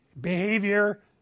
behavior